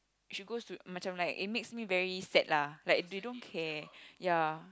should goes to macam like it makes me very sad lah like they don't care ya